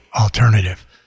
alternative